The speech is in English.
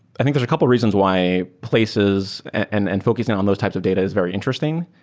i think there're a couple reasons why places and and focusing on those types of data is very interesting.